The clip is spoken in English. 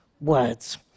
words